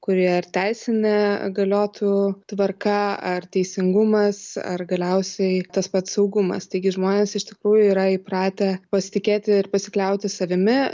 kurioje ir teisinė galiotų tvarka ar teisingumas ar galiausiai tas pats saugumas taigi žmonės iš tikrųjų yra įpratę pasitikėti ir pasikliauti savimi